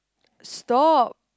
stop